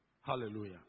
Hallelujah